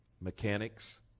Mechanics